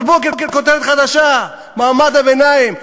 כל בוקר כותרת חדשה, מעמד הביניים.